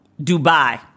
Dubai